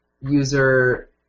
user